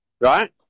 right